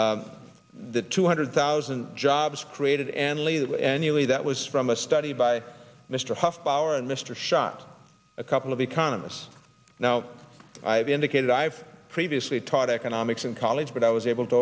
jobs the two hundred thousand jobs created and leave annually that was from a study by mr huff bauer and mr shot a couple of economists now i've indicated i've previously taught economics in college but i was able to